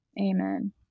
Amen